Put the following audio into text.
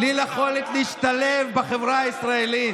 בלי יכולת להשתלב בחברה הישראלית,